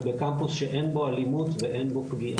ובקמפוס שאין בו אלימות ואין בו פגיעה.